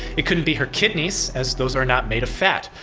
it couldn't be her kidneys, as those are not made of fat.